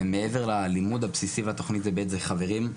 ומעבר ללימוד הבסיסי בתכנית באמת זה חברים,